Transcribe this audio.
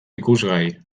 ikusgai